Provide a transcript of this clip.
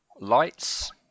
Lights